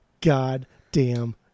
goddamn